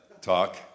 talk